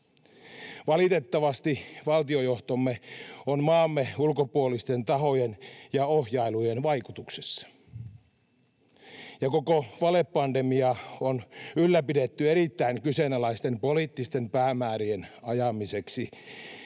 Valitettavasti valtiojohtomme on maamme ulkopuolisten tahojen ja ohjailujen vaikutuksessa. Koko valepandemiaa on ylläpidetty erittäin kyseenalaisten poliittisten päämäärien ajamiseksi